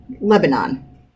Lebanon